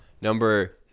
Number